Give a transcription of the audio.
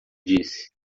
disse